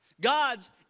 God's